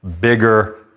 bigger